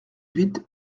huit